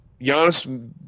Giannis